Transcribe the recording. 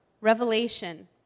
revelation